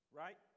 right